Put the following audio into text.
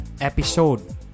episode